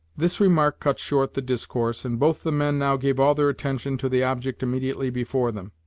this remark cut short the discourse, and both the men now gave all their attention to the object immediately before them.